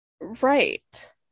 Right